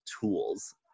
tools